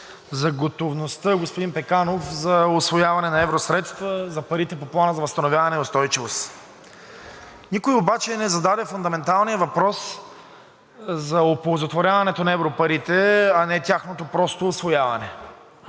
за готовността, господин Пеканов, за усвояване на евросредства, за парите по Плана за възстановяване и устойчивост. Никой обаче не зададе фундаменталния въпрос за оползотворяването на европарите, а не тяхното просто усвояване.